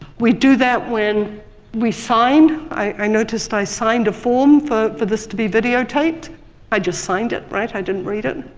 we do that when we sign i noticed i signed a form for for this to be videotaped i just signed it, right, i didn't read it.